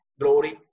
glory